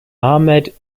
ahmed